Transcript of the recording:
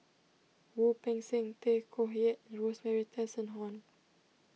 Wu Peng Seng Tay Koh Yat and Rosemary Tessensohn